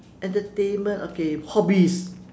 entertainment okay hobbies